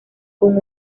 con